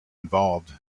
involved